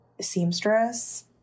seamstress